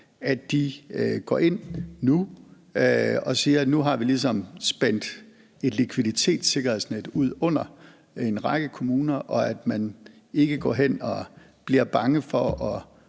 være nu, hvor vi ligesom har spændt et likviditetssikkerhedsnet ud under en række kommuner, at de ikke går hen og bliver bange for at